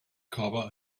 copper